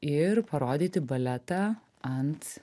ir parodyti baletą ant